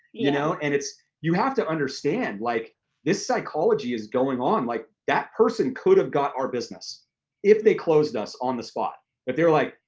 you know and you have to understand, like this psychology is going on. like that person could have got our business if they closed us on the spot but they were like,